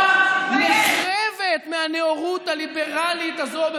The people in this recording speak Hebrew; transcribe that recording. אירופה נחרבת מ"הנאורות הליברלית" הזאת,